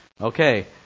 Okay